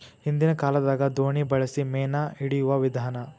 ಹಿಂದಿನ ಕಾಲದಾಗ ದೋಣಿ ಬಳಸಿ ಮೇನಾ ಹಿಡಿಯುವ ವಿಧಾನಾ